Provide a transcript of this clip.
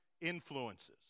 influences